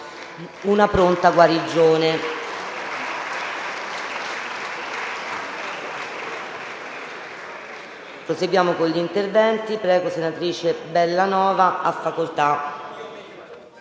una pronta guarigione.